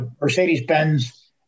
Mercedes-Benz